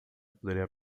poderia